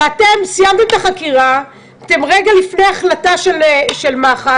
סיימתם את החקירה, אתם רגע לפני החלטה של מח"ש.